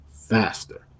faster